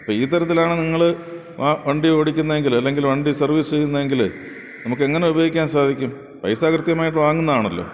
ഇപ്പം ഈ തരത്തിലാണ് നിങ്ങൾ ആ വണ്ടി ഓടിക്കുന്നതെങ്കിൽ അല്ലെങ്കിൽ വണ്ടി സർവ്വീസ് ചെയ്യുന്നെങ്കിൽ നമുക്ക് എങ്ങനെ ഉപയോഗിക്കാൻ സാധിക്കും പൈസ കൃത്യമായിട്ടു വാങ്ങുന്നതാണല്ലോ